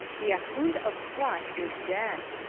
the ahkoond of swat is dead.